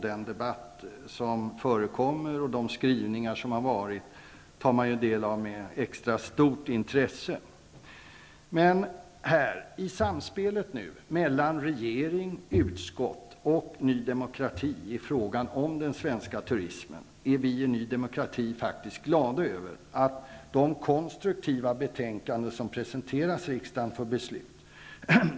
Den debatt som förekommer och de skrivningar som har gjorts tar man del av med extra stort intresse. I samspelet mellan regering, utskott och Ny demokrati i fråga om den svenska turismen är vi i Ny demokrati faktiskt glada över det konstruktiva betänkande som presenteras riksdagen för beslut.